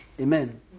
Amen